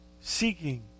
Seeking